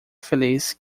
feliz